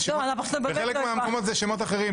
בחלק מהמקומות זה שאמות אחרים,